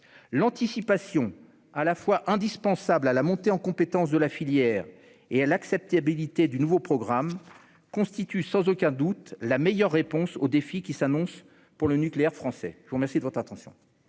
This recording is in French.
l'anticipation, indispensable à la fois à la montée en compétences de la filière et à l'acceptabilité du nouveau programme, constitue sans aucun doute la meilleure réponse aux défis qui s'annoncent pour le nucléaire français. Nous passons à la discussion